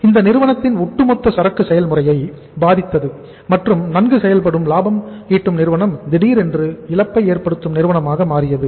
இது நிறுவனத்தின் ஒட்டுமொத்த சரக்கு செயல்முறையை பாதித்தது மற்றும் நன்கு செயல்படும் லாபம் லாபம் ஈட்டும் நிறுவனம் திடீரென்று இழப்பை ஏற்படுத்தும் நிறுவனமாக மாறியது